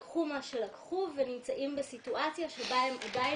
לקחו מה שלקחו ונמצאות בסיטואציה שבה הן עדיין